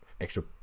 extra